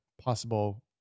possible